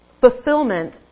fulfillment